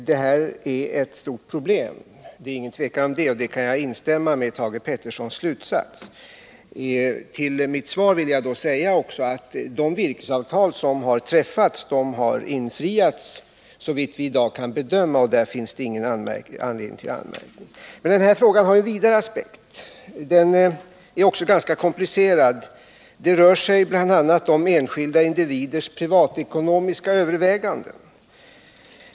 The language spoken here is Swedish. Herr talman! Det är inget tvivel om att det här är ett stort problem, och jag kan instämma i Thage Petersons slutsats. Jag vill tillägga till mitt svar att, såvitt vi kan bedöma, har de träffade virkesavtalen infriats. Härvidlag finns det ingen anledning till anmärkning. Men den här frågan har ju en vidare aspekt. Den är också ganska komplicerad. Det rör sig bl.a. om enskilda individers privatekonomiska överväganden.